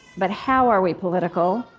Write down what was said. but how are we political?